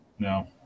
No